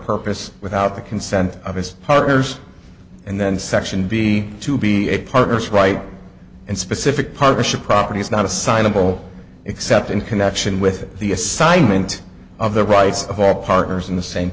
purpose without the consent of his partners and then section b to be a partnership right and specific partnership property is not assignable except in connection with the assignment of the rights of all partners in the same